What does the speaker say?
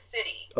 City